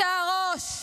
אתה הראש,